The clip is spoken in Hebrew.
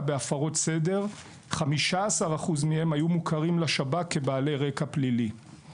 בהפרות סדר; 15% מהם היו מוכרים לשב"כ כבעלי רקע פלילי;